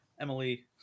emily